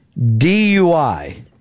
DUI